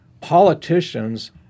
politicians